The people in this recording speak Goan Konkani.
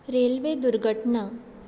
रेल्वे दुर्घटणा